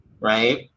right